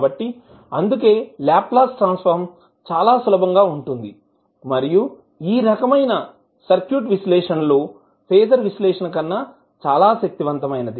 కాబట్టి అందుకే Laplace transform చాలా సులభంగా ఉంటుంది మరియు ఈ రకమైన సర్క్యూట్ విశ్లేషణ లో ఫేజర్ విశ్లేషణ కన్నా చాలా శక్తివంతమైనది